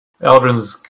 Eldrin's